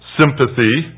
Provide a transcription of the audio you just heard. sympathy